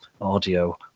audio